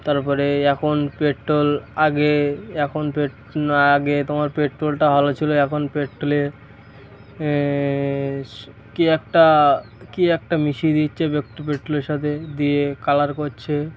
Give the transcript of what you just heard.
তার পরে এখন পেট্রোল আগে এখন পেট আগে তোমার পেট্রোলটা ভালো ছিল এখন পেট্রোলে কী একটা কী একটা মিশিয়ে দিচ্ছে পেট্রো পেট্রোলের সাথে দিয়ে কালার করছে